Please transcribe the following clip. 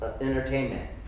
entertainment